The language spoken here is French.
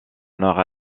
nord